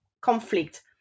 conflict